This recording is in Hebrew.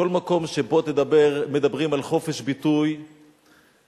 כל מקום שבו מדברים על חופש ביטוי תמצא